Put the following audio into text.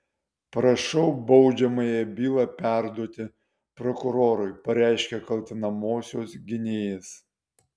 prašau baudžiamąją bylą perduoti prokurorui pareiškė kaltinamosios gynėjas